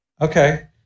Okay